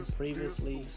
previously